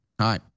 Hi